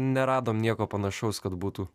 neradom nieko panašaus kad būtų